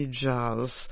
jazz